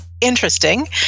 interesting